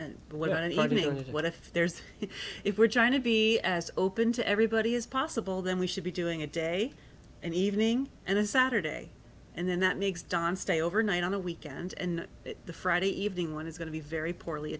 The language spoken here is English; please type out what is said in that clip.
mean what if there's if we're trying to be as open to everybody as possible then we should be doing a day and evening and a saturday and then that makes don stay overnight on a weekend and the friday evening one is going to be very poorly